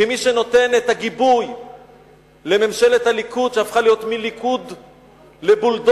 כמי שנותן את הגיבוי לממשלת הליכוד שהפכה להיות מליכוד לבולדוזר,